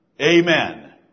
Amen